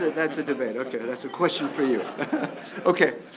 that's a debate okay, and that's a question for you okay?